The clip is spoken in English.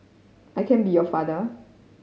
I can be your father